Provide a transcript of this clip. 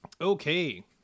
Okay